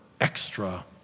extra